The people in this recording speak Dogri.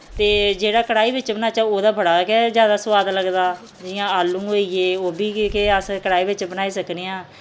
ते जेह्ड़ा कड़ाही बिच बनाह्चै उ'दा बड़ा गै जैदा सुआद लगदा जि'यां आलू होई गे ओह् बी के अस कड़ाही बिच बनाई सकने आं